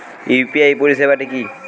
UPI পরিসেবাটা কি?